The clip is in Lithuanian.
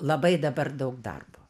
labai dabar daug darbo